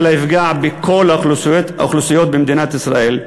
אלא יפגע בכל האוכלוסיות במדינת ישראל.